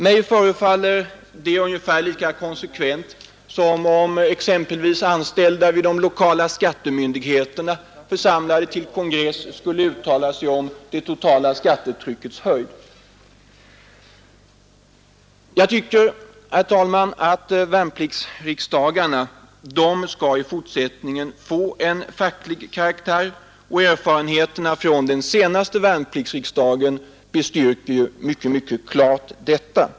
Mig förefaller det vara ungefär lika konsekvent som om exempelvis anställda vid de lokala skattemyndigheterna församlade till kongress skulle uttala sig om det totala skattetryckets höjd. Jag tycker, herr talman, att värnpliktsriksdagarna i fortsättningen skall få en facklig karaktär. Erfarenheterna från den senaste värnpliktsriksdagen talar för detta.